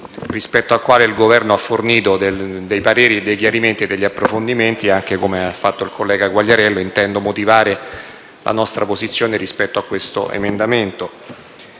rispetto al quale il Governo ha fornito dei pareri, dei chiarimenti e alcuni approfondimenti. Come ha fatto il collega Quagliariello, intendo motivare la nostra posizione rispetto a questo emendamento.